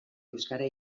euskara